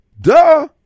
Duh